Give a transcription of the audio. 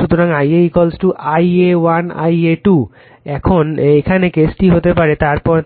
সুতরাং I a I a 1 I a 2 এখানে কেসটা হতে পারে